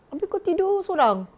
habis kau tidur seorang